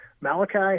Malachi